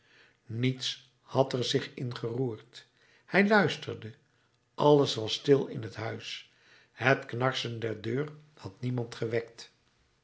niets had er zich in geroerd hij luisterde alles was stil in het huis het knarsen der deur had niemand gewekt